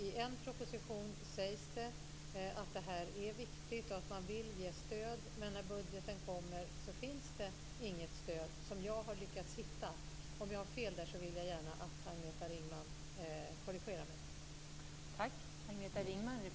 I en proposition sägs det att det är viktigt och att man vill ge stöd, men när budgeten kom lyckades jag inte hitta något stöd. Om jag har fel vill jag gärna att Agneta Ringman korrigerar mig.